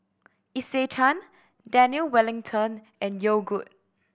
Isetan Daniel Wellington and Yogood